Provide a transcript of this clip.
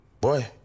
boy